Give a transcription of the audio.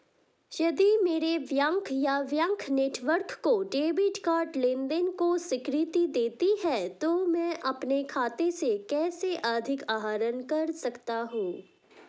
यदि मेरे बैंक या बैंक नेटवर्क को डेबिट कार्ड लेनदेन को स्वीकृति देनी है तो मैं अपने खाते से कैसे अधिक आहरण कर सकता हूँ?